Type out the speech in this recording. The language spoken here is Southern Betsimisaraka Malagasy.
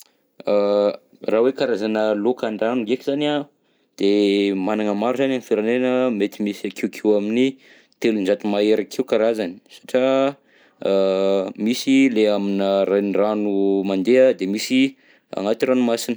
Raha hoe karazana lôka an-drano ndreky zany an, de managna maro zany ny firenena mety misy akeokeo amin'ny telonjato mahery akeo karazagny, satria a misy le aminà renirano mandeha de misy agnaty ranomasina.